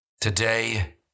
Today